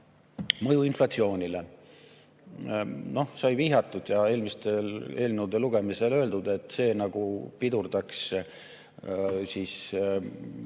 Mõju inflatsioonile. Sai vihjatud ja eelmistel eelnõude lugemisel öeldud, et see, nagu pidurdaks maksude